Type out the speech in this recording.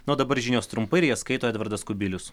na o dabar žinios trumpai ir ją skaito edvardas kubilius